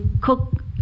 cook